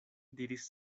diris